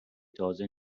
تازه